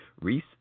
Reese